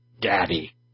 daddy